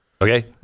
okay